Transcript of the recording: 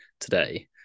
today